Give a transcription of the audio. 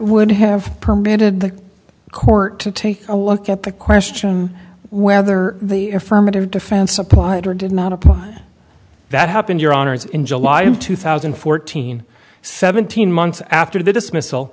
would have permitted the court to take a look at the question whether the affirmative defense applied or did not apply that happened your honor is in july in two thousand and fourteen seventeen months after the dismiss